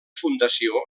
fundació